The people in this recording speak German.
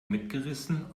mitgerissen